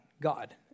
God